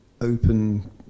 open